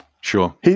Sure